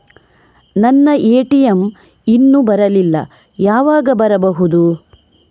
ನನ್ನ ಎ.ಟಿ.ಎಂ ಇನ್ನು ಬರಲಿಲ್ಲ, ಯಾವಾಗ ಬರಬಹುದು?